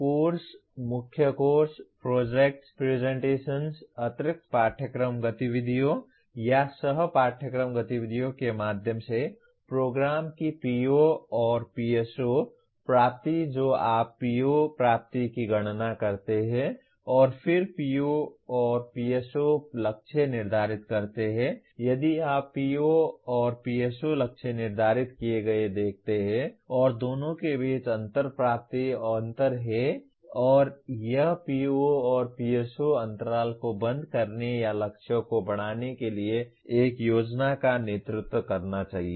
course मुख्य course projects presentations अतिरिक्त पाठयक्रम गतिविधियों या सह पाठयक्रम गतिविधियों के माध्यम से प्रोग्राम की POPSO प्राप्ति जो आप PO प्राप्ति की गणना करते हैं और फिर POPSO लक्ष्य निर्धारित करते हैं यदि आप POPSO लक्ष्य निर्धारित किए गए देखते हैं और दोनों के बीच अंतर प्राप्ति अंतर है और यह POPSO अंतराल को बंद करने या लक्ष्यों को बढ़ाने के लिए एक योजना का नेतृत्व करना चाहिए